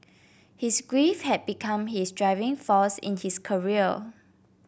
his grief had become his driving force in his career